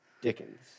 Dickens